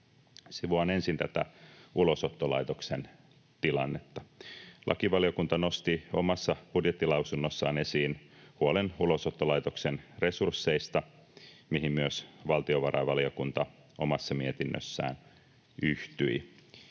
Sivuan ensin tätä Ulosottolaitoksen tilannetta. Lakivaliokunta nosti omassa budjettilausunnossaan esiin huolen Ulosottolaitoksen resursseista, mihin myös valtiovarainvaliokunta omassa mietinnössään yhtyi.